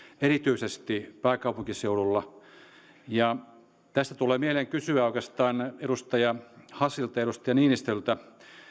erityisesti pääkaupunkiseudulla tästä tulee mieleen kysyä oikeastaan edustaja hassilta ja edustaja niinistöltä